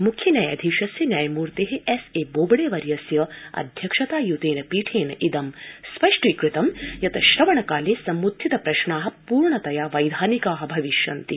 मुख्य न्यायाधीशस्य न्यायमूर्ते क्रि क्रि कोबडे वर्यस्य अध्यक्षता यूतेन पीठेन इदं स्पष्टी कृतं यत् श्रवणकाले समृत्थित प्रश्ना पूर्णतया वैधानिका भविष्यन्ति